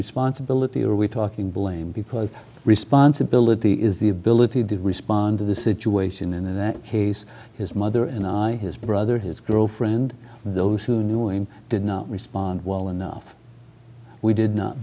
responsibility are we talking blame because responsibility is the ability to respond to the situation and then he's his mother and i his brother his girlfriend those who knew him did not respond well enough we did not